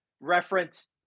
reference